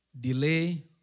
Delay